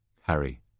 Harry